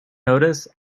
notice